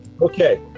Okay